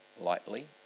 lightly